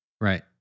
Right